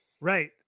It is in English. Right